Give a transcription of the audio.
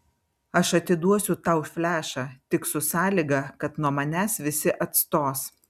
aš atiduosiu tau flešą tik su sąlyga kad nuo manęs visi atstos